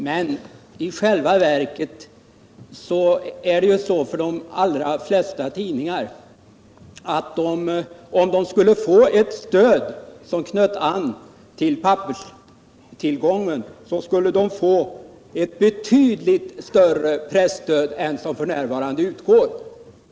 Men de allra flesta tidningar skulle självfallet — om de hade ett stöd som knöt an till pappersåtgången — få ett betydligt större presstöd än det som f.n. utgår.